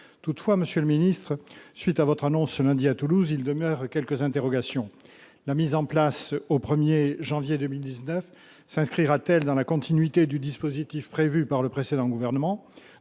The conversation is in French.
toutefois, monsieur le ministre, suite à votre annonce ce lundi à Toulouse, il demeure quelques interrogations : la mise en place au 1er janvier 2019 ça inscrira-t-elle dans la continuité du dispositif prévu par le précédent gouvernement